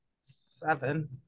seven